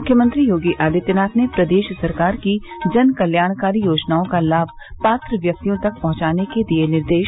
मुख्यमंत्री योगी आदित्यनाथ ने प्रदेश सरकार की जन कल्याणकारी योजनाओं का लाभ पात्र व्यक्तियों तक पहुंचाने के दिए निर्देश